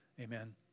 amen